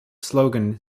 slogan